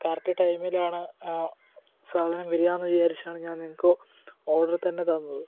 correct ടൈമിലാണ് സാധനം വരികയെന്ന് വിചാരിച്ചാണ് ഞാൻ നിങ്ങൾക്ക് ഓർഡറ് തന്നെ തന്നത്